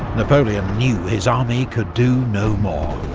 napoleon knew his army could do no more.